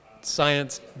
science